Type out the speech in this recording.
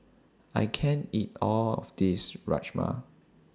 I can't eat All of This Rajma